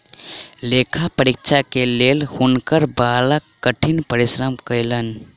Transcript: लेखा परीक्षक के लेल हुनकर बालक कठिन परिश्रम कयलैन